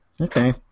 Okay